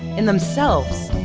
in themselves,